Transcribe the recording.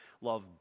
Love